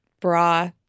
bra